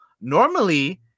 normally